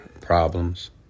problems